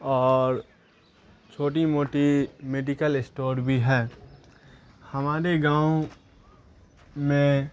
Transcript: اور چھوٹی موٹی میڈیکل اسٹور بھی ہے ہمارے گاؤں میں